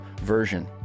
version